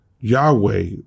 Yahweh